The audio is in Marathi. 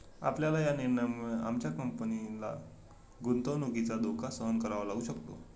आपल्या या निर्णयामुळे आमच्या कंपनीला गुंतवणुकीचा धोका सहन करावा लागू शकतो